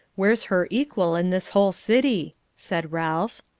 where's her equal in this whole city? said ralph.